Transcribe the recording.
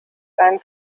ein